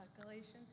Galatians